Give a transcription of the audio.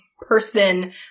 person